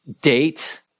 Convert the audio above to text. date